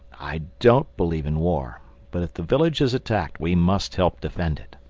i don't believe in war but if the village is attacked we must help defend it.